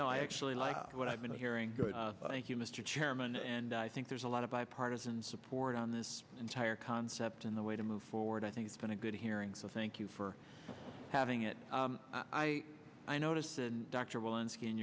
know i actually like what i've been hearing thank you mr chairman and i think there's a lot of bipartisan support on this entire concept and the way to move forward i think it's been a good hearing so thank you for having it i noticed